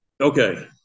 Okay